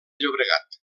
llobregat